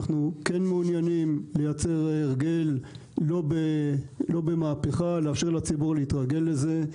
אנחנו כן מעוניינים לייצר הרגל לא במהפכה אלא לאפשר לציבור להתרגל לזה.